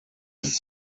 des